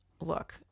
look